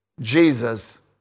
Jesus